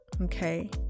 okay